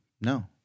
No